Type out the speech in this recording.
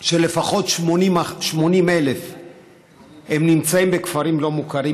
ולפחות 80,000 נמצאים בכפרים לא מוכרים,